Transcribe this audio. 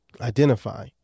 identify